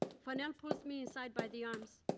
fanel pulls me inside by the arms,